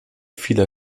vieler